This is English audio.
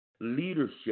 leadership